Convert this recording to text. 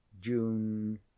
June